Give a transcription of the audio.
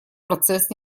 процесс